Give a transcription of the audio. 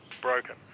broken